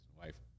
wife